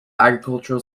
agricultural